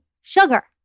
sugar